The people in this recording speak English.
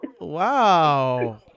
wow